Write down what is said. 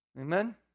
Amen